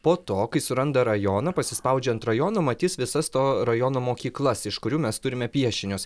po to kai suranda rajoną pasispaudžia ant rajono matys visas to rajono mokyklas iš kurių mes turime piešinius